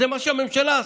זה מה שהממשלה עשתה.